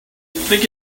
think